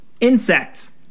Insects